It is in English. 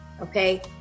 Okay